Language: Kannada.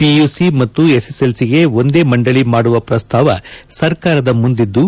ಪಿಯುಸಿ ಮತ್ತು ಎಸ್ಸೆಸೆಲ್ಲಿಗೆ ಒಂದೇ ಮಂಡಳಿ ಮಾಡುವ ಪ್ರಸ್ತಾವ ಸರ್ಕಾರದ ಮುಂದಿದ್ದು